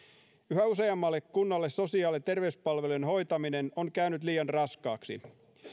yhä useammalle kunnalle sosiaali ja terveyspalvelujen hoitaminen on käynyt liian raskaaksi